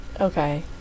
Okay